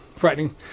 frightening